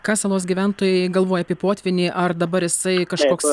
ką salos gyventojai galvoja apie potvynį ar dabar jisai kažkoks